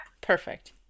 perfect